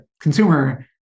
consumer